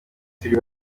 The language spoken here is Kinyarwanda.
turi